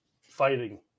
fighting